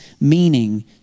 meaning